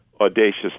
audacious